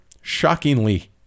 shockingly